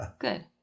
Good